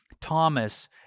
Thomas